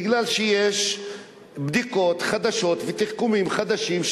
מפני שיש בדיקות חדשות ותחכומים חדשים,